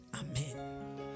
Amen